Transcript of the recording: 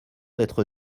d’être